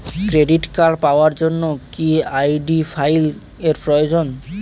Credit card পাওয়ার জন্য কি আই.ডি ফাইল এর প্রয়োজন?